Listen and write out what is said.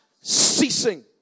ceasing